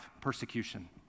Persecution